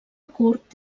curt